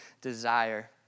desire